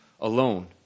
alone